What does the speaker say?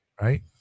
Right